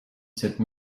cette